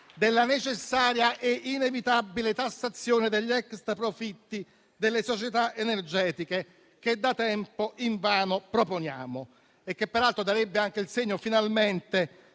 della necessaria e inevitabile tassazione degli extra profitti delle società energetiche, che da tempo invano proponiamo, e che peraltro darebbe anche il segno finalmente